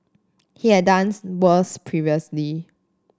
he had done worse previously